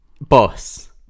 boss